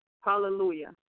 hallelujah